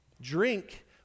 Drink